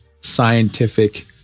scientific